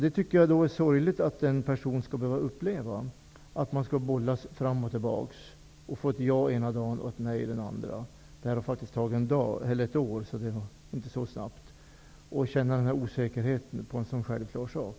Jag tycker dock att det är sorgligt att den här personen skall behöva uppleva att hans fall bollas fram och tillbaka. Ena dagen är det ja, andra dagen är det nej. Det har alltså gått ett helt år, så behandlingen av ärendet har inte skett särskilt snabbt. Under den tiden har den här personen fått leva i ovisshet, trots att det rör sig om en självklar sak.